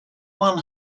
one